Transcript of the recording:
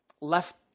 left